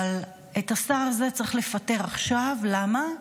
אבל את השר הזה צריך לפטר עכשיו, למה?